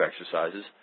exercises